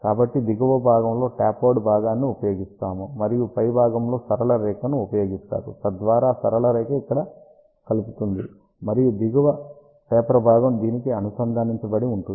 కాబట్టి దిగువ భాగంలో టాపరుడ్ భాగాన్ని ఉపయోగిస్తాము మరియు పై భాగములో సరళ రేఖను ఉపయోగిస్తారు తద్వారా సరళ రేఖ ఇక్కడ కలుపుతుంది మరియు దిగువ టేపర్ భాగం దీనికి అనుసంధానించబడి ఉంటుంది